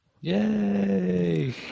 Yay